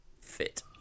fit